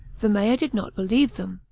the mayor did not believe them.